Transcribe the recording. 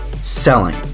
selling